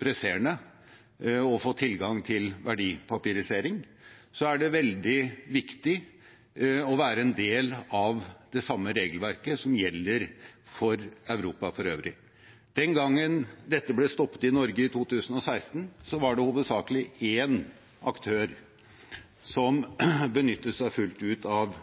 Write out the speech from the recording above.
presserende å få tilgang til verdipapirisering, veldig viktig å være en del av det regelverket som gjelder for Europa for øvrig. Den gangen dette ble stoppet i Norge i 2016, var det hovedsakelig én aktør som benyttet seg fullt ut av